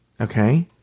Okay